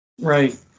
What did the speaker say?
Right